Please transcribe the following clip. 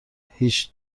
هیچ